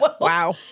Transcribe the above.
wow